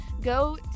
Go